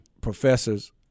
professors